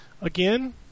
again